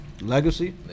Legacy